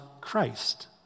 Christ